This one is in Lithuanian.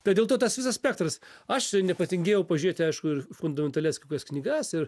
tai dėl to tas visas spektras aš nepatingėjau pažiūrėti aišku ir fundamentalias kokias knygas ir